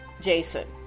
Jason